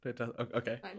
Okay